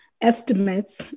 estimates